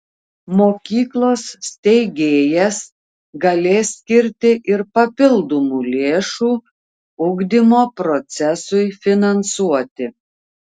mokyklos steigėjas galės skirti ir papildomų lėšų ugdymo procesui finansuoti